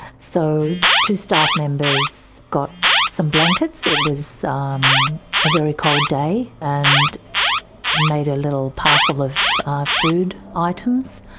so two staff members got some blankets, it was um a very cold day, and made a little parcel of food items,